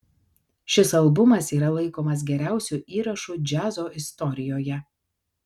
šis albumas yra laikomas geriausiu įrašu džiazo istorijoje